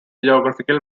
geographical